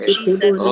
Jesus